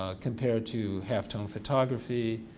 ah compared to half tone photography,